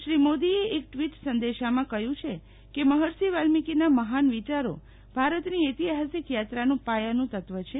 શ્રી મોદીએ એક ટ્વિટ સંદેશમાં કહ્યું છે કે મફર્ષી વાલ્મિકીનાં મહાન વિચારો ભારતનની ઐતીહાસિક થાંત્રાનું પાયાનું તત્વ છે